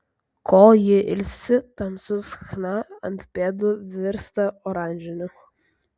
kol ji ilsisi tamsus chna ant pėdų virsta oranžiniu